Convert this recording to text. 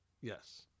Yes